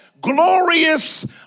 glorious